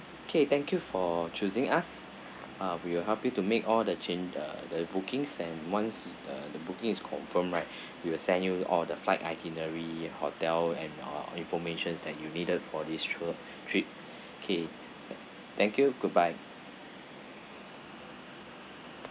okay thank you for choosing us uh we will help you to make all the change uh the bookings and once uh the booking is confirmed right we will send you all the flight itinerary hotel and uh information that you needed for this tour trip okay thank you goodbye